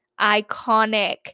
Iconic